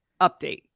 update